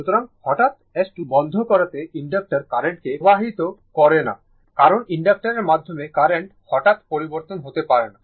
সুতরাং হঠাৎ S 2 বন্ধ করাতে ইনডাক্টর কারেন্টকে প্রভাবিত করে না কারণ ইনডাক্টরের মাধ্যমে কারেন্ট হঠাত পরিবর্তন হতে পারে না